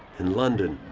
in london,